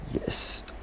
Yes